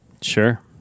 Sure